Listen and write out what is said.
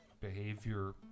behavior